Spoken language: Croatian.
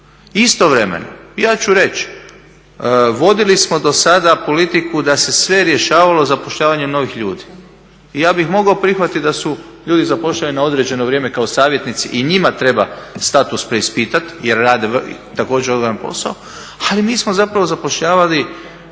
Istovremeno, ja ću reći vodili smo do sada politiku da se sve rješavalo zapošljavanjem novih ljudi. I ja bih mogao prihvatiti da su ljudi zaposleni na određeno vrijeme kao savjetnici i njima treba status preispitati, jer rade također odgovoran posao. Ali mi smo zapravo zapošljavali